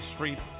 Street